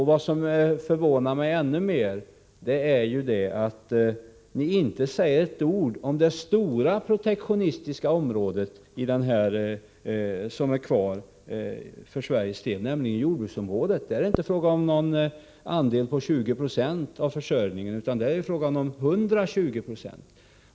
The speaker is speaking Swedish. Något som förvånar mig ännu mer är att ni inte säger ett ord om det stora protektionistiska område som återstår för Sveriges del, nämligen jordbruksområdet. I det fallet är det inte fråga om en andel på 20 96 av självförsörjningsgraden utan om 120 96.